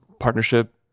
partnership